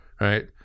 right